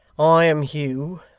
i am hugh.